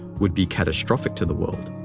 would be catastrophic to the world.